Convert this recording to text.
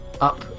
up